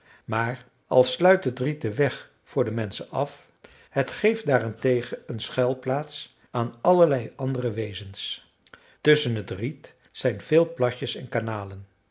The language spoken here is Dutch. maar al sluit het riet den weg voor de menschen af het geeft daarentegen een schuilplaats aan allerlei andere wezens tusschen het riet zijn veel plasjes en kanalen